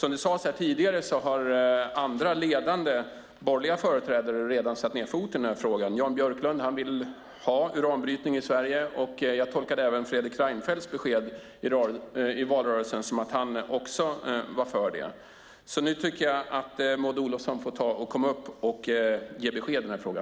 Som det sades här tidigare har andra ledande borgerliga företrädare redan satt ned foten i frågan. Jan Björklund vill ha uranbrytning i Sverige. Jag tolkade även Fredrik Reinfeldts besked i valrörelsen som att han var för det. Nu tycker jag att Maud Olofsson får ta och komma upp och ge besked i frågan!